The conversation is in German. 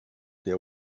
der